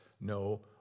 no